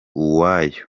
uwoya